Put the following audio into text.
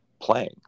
playing